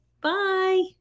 Bye